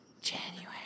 January